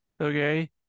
Okay